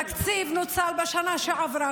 התקציב נוצל בשנה שעברה,